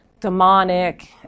demonic